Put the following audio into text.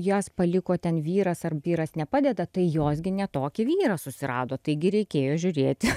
jas paliko ten vyras ar vyras nepadeda tai jos gi ne tokį vyrą susirado taigi reikėjo žiūrėti